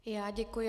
I já děkuji.